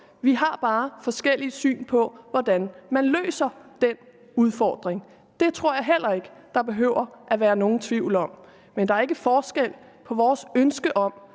Vi har bare forskellige syn på, hvordan man løser den udfordring. Det tror jeg heller ikke der behøver at være nogen tvivl om. Men der er ikke forskel på vores ønsker om